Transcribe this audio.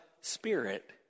spirit